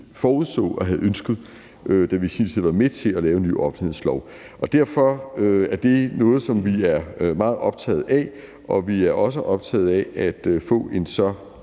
forudså og havde ønsket, da vi i sin tid var med til at lave en ny offentlighedslov. Derfor er det noget, som vi er meget optaget af, og vi er også optaget af at få en så,